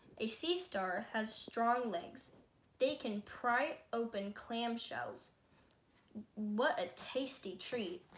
a sea star has strong legs they can pry open clam shells what a tasty treat